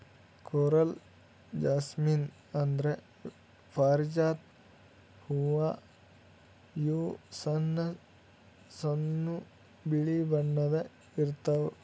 coral jasmine ಅಂದ್ರ ಪಾರಿಜಾತ ಹೂವಾ ಇವು ಸಣ್ಣ್ ಸಣ್ಣು ಬಿಳಿ ಬಣ್ಣದ್ ಇರ್ತವ್